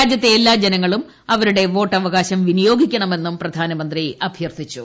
രാജ്യത്തെ എല്ലാ ജനങ്ങളും അവരുടെ വോട്ടവകാശം വിനിയോഗിക്കണമെന്നും പ്രധാനമന്ത്രി അഭ്യർത്ഥിച്ചു